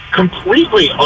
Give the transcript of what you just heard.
completely